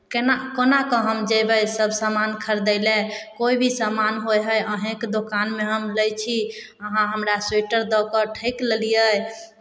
केना कोना कऽ हम जेबै सभ सामान खरीदै लए कोइ भी सामान होइ हइ अहीँके दोकानमे हम लै छी अहाँ हमरा स्वेटर दऽ कऽ ठकि लेलियै